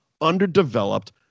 underdeveloped